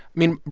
mean,